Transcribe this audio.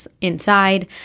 inside